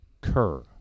cur